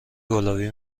گلابی